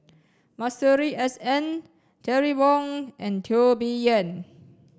Masuri S N Terry Wong and Teo Bee Yen